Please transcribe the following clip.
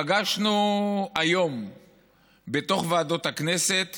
פגשנו היום בוועדות הכנסת